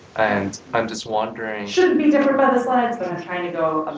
and i'm just wondering shouldn't be different by the slides but i'm trying to go